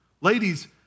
Ladies